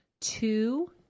two